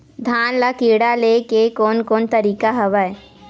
धान ल कीड़ा ले के कोन कोन तरीका हवय?